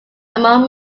are